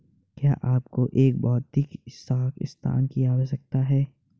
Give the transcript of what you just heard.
क्या आपको एक भौतिक शाखा स्थान की आवश्यकता है?